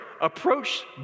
approach